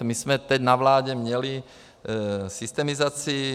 My jsme teď na vládě měli systemizaci.